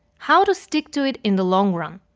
how to stick to it in the long run.